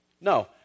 No